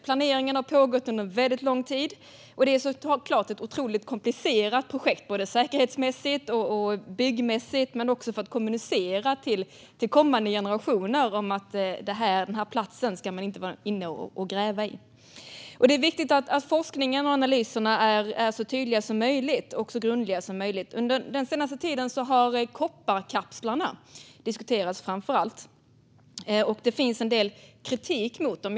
Planeringen har pågått under väldigt lång tid, och det är såklart ett otroligt komplicerat projekt både säkerhetsmässigt och byggmässigt men också när det gäller att kommunicera till kommande generationer om att man inte ska ge sig in och gräva på platsen för förvaret. Det är viktigt att forskningen och analyserna är så tydliga och grundliga som möjligt. Under den senaste tiden har särskilt kopparkapslarna diskuterats. Det finns en del kritik mot dem.